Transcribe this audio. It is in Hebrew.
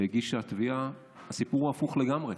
והגישה לשם תביעה, הסיפור הוא הפוך לגמרי.